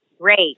great